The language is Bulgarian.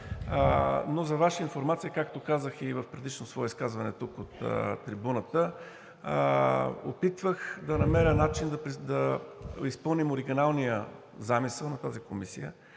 Но за Ваша информация, както казах и в предишно свое изказване от трибуната, опитвах да намеря начин да изпълним оригиналния замисъл на тази комисия